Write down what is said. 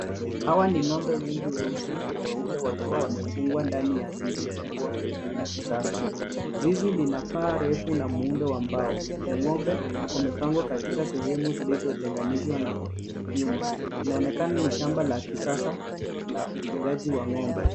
Hawa ni ng'ombe wengi weusi na weupe, wakiwa wamefungwa ndani ya zizi kubwa la kisasa. Zizi lina paa refu, na muundo wa mbao, na ngombe wamepangwa katika sehemu zinazotenganishwa na nyuma. Inaonekana ni shamba la kisasa, la ufugaji wa ng'ombe.